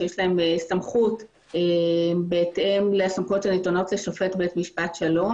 שיש להם סמכות בהתאם לסמכויות שניתנות לשופט בית משפט שלום,